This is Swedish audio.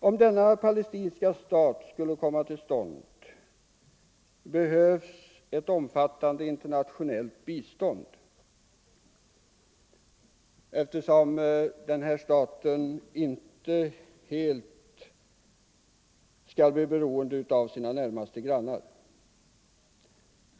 Om denna palestinska stat skulle komma till stånd, behövs ett omfattande internationellt bistånd, eftersom den inte helt bör bli beroende av sina närmaste grannar.